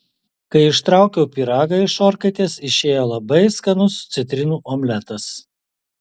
kai ištraukiau pyragą iš orkaitės išėjo labai skanus citrinų omletas